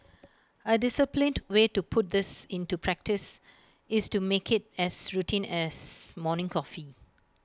A disciplined way to put this into practice is to make IT as routine as morning coffee